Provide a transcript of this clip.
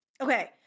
Okay